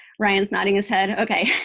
ryan's nodding his head, ok.